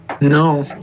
No